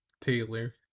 Taylor